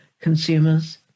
consumers